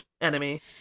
enemy